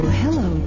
hello